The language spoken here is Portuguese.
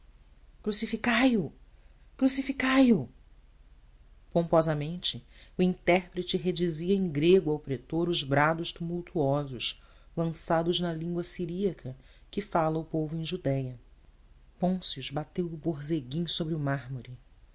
clamores impacientes crucificai o crucificai o pomposamente o intérprete redizia em grego ao pretor os brados tumultuosos lançados na língua siríaca que fala o povo em judéia pôncio bateu o borzeguim sobre o mármore